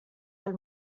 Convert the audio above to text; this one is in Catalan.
del